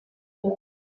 leta